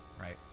right